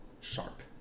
sharp